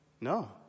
no